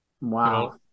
Wow